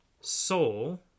soul